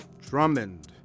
Drummond